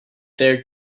their